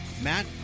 Matt